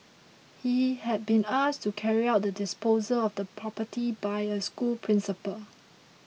he had been asked to carry out the disposal of the property by a school principal